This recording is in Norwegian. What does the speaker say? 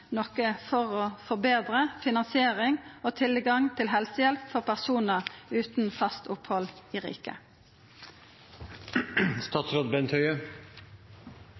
noko for å forbetra finansiering og tilgang til helsehjelp for personar utan fast opphald i